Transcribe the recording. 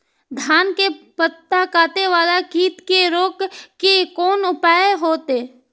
धान के पत्ता कटे वाला कीट के रोक के कोन उपाय होते?